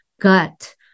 gut